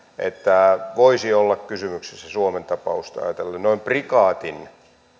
että voisi olla kysymyksessä suomen tapausta ajatellen noin prikaatin